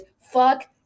fuck